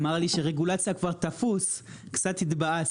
אמר לי שרגולציה כבר תפוס קצת התבאסתי.